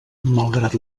malgrat